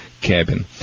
cabin